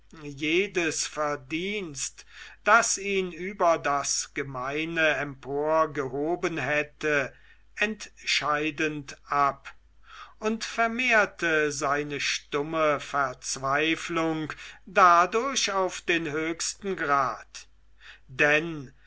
jedes verdienst das ihn über das gemeine emporgehoben hätte entscheidend ab und vermehrte seine stumme verzweiflung dadurch auf den höchsten grad denn